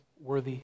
worthy